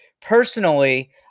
personally